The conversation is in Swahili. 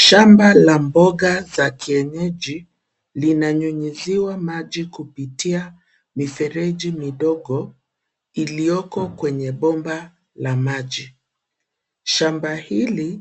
Shamba la mboga za kienyeji linanyunyiziwa maji kupitia mifereji midogo iliyoko kwenye bomba la maji. Shamba hili